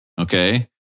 okay